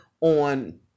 on